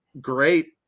great